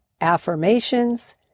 affirmations